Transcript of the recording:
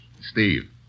Steve